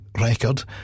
record